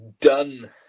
done